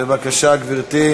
בבקשה, גברתי.